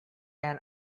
can